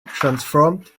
transformed